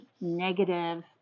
negative